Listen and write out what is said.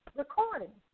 recording